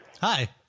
Hi